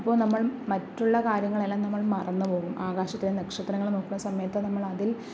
അപ്പോൾ നമ്മൾ മറ്റുള്ള കാര്യങ്ങളെല്ലാം നമ്മൾ മറന്ന് പോകും ആകാശത്തിലെ നക്ഷത്രങ്ങളെ നോക്കണ സമയത്ത് നമ്മളതിൽ